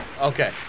okay